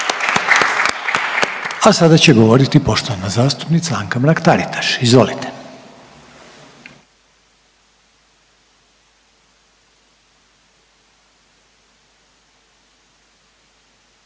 A sada će govoriti poštovana zastupnica Anka Mrak-Taritaš, izvolite.